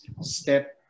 step